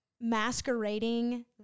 masquerading